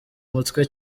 mutwe